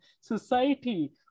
society